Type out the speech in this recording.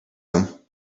him